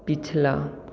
पिछला